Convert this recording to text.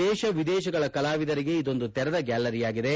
ದೇಶ ವಿದೇಶಗಳ ಕಲಾವಿದರಿಗೆ ಇದೊಂದು ತೆರೆದ ಗ್ಯಾಲರಿಯಾಗಿದೆ